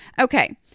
Okay